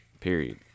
Period